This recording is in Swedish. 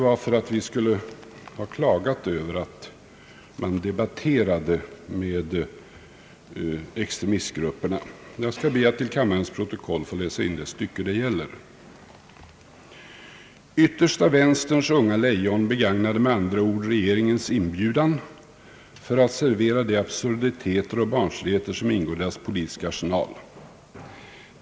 Jo, för att vi skulle ha klagat över att man debatterade med extremistgrup perna. Jag skall be att till kammarens protokoll få läsa in det stycke det gäller: »Yttersta vänsterns unga lejon begagnade med andra ord regeringens inbjudan för att servera de absurditeter och barnsligheter, som ingår i deras politiska arsenal.